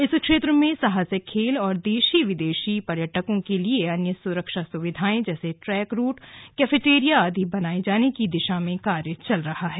इस क्षेत्र में साहसिक खेल और देशी विदेशी पर्यटकों के लिए अन्य सुविधायें जैसे ट्रैक रूट कैफेटीरिया आदि बनाये जाने की दिशा में कार्य चल रहा है